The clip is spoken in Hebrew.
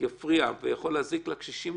שיפריע ויכול להזיק לקשישים,